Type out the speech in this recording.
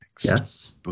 Yes